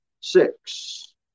six